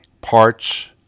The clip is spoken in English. Parts